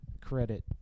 credit